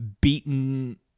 beaten